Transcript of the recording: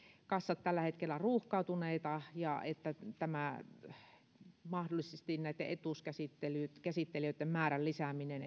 kassat ovat tällä hetkellä ruuhkautuneita joten kannustettaisiin mahdollisesti näitten etuuskäsittelijöitten määrän lisäämiseen